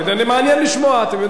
אתם יודעים מה, מעניין.